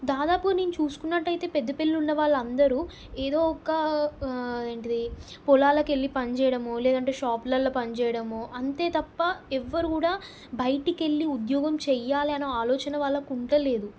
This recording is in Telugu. దాదాపు నేను చూసుకున్నట్టయితే పెద్దపల్లిలో ఉన్న వాళ్ళందరూ ఏదో ఒక ఏంటిది పొలాలకెళ్ళి పని చేయడము లేదంటే షాప్లలో పని చేయడము అంతే తప్ప ఎవ్వరు కూడా బయటకెళ్ళి ఉద్యోగం చెయ్యాలి అనే ఆలోచన వాళ్ళకి ఉంటలేదు